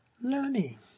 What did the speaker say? learning